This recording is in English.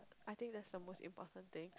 I think that's the most important thing